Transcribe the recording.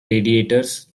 radiators